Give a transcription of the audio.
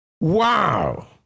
Wow